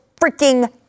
freaking